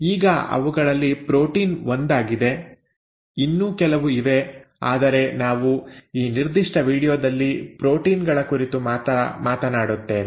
ಈಗ ಅವುಗಳಲ್ಲಿ ಪ್ರೋಟೀನ್ ಒಂದಾಗಿದೆ ಇನ್ನೂ ಕೆಲವು ಇವೆ ಆದರೆ ನಾವು ಈ ನಿರ್ದಿಷ್ಟ ವೀಡಿಯೊದಲ್ಲಿ ಪ್ರೋಟೀನ್ ಗಳ ಕುರಿತು ಮಾತ್ರ ಮಾತನಾಡುತ್ತೇವೆ